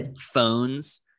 phones